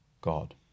God